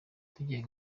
tugiye